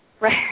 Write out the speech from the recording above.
Right